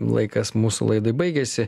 laikas mūsų laidai baigiasi